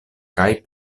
kaj